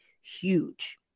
huge